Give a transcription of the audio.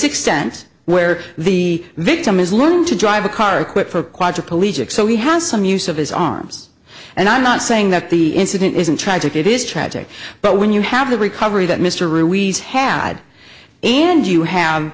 extent where the victim is learning to drive a car equipped for a quadriplegic so he has some use of his arms and i'm not saying that the incident isn't tragic it is tragic but when you have the recovery that mr ruiz had and you have